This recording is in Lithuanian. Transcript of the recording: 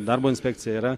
darbo inspekcija yra